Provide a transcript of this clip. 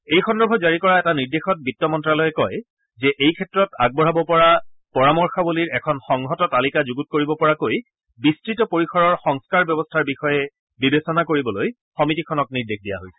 এই সন্দৰ্ভত জাৰি কৰা এটা নিৰ্দেশত বিত্ত মন্ন্যালয়ে কয় যে এই ক্ষেত্ৰত আগবঢ়াব পৰা পৰামৰ্শাৱলীৰ এখন সংহত তালিকা যুগুত কৰিব পৰাকৈ বিস্তত পৰিসৰৰ সংস্কাৰ ব্যৱস্থাৰ বিষয়ে বিবেচনা কৰিবলৈ সমিতিখনক নিৰ্দেশ দিয়া হৈছে